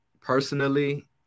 personally